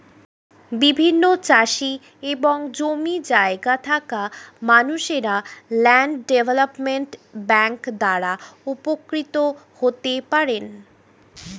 বিভিন্ন চাষি এবং জমি জায়গা থাকা মানুষরা ল্যান্ড ডেভেলপমেন্ট ব্যাংক দ্বারা উপকৃত হতে পারেন